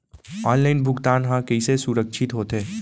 Online भुगतान हा कइसे सुरक्षित होथे?